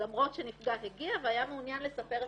למרות שנפגע הגיע והיה מעוניין לספר את